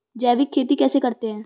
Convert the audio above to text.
जैविक खेती कैसे करते हैं?